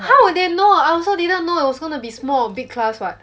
how would they know I also didn't know it was gonna be small or big class [what]